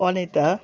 Anita